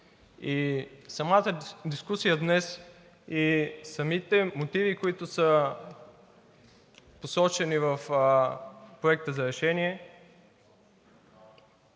самата дискусия днес, и самите мотиви, които са посочени в Проекта за решение,